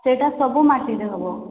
ସେଇଟା ସବୁ ମାଟିରେ ହେବ